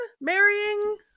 marrying